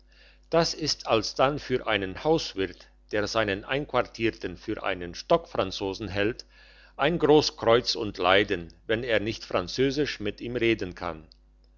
das ist alsdann für einen hauswirt der seinen einquartierten für einen stockfranzosen hält ein gross kreuz und leiden wenn er nicht französisch mit ihm reden kann